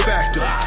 Factor